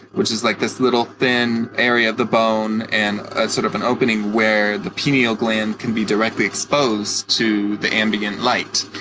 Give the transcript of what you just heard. which is like this little thin, area of the bone and ah sort of an opening where the pineal gland can be directly exposed to the ambient light.